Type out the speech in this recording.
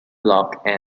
block